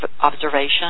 observation